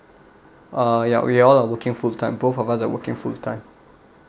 uh ya we all are working full time both of us are working full time